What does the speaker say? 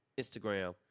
Instagram